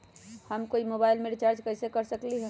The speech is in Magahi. हम कोई मोबाईल में रिचार्ज कईसे कर सकली ह?